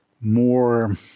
more